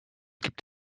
gibt